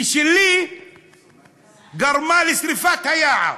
ושלי גרמה לשרפת היער,